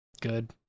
good